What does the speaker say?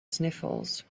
sniffles